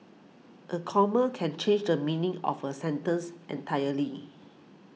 a comma can change the meaning of a sentence entirely